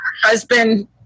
husband